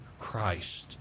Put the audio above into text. Christ